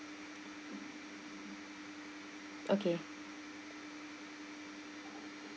okay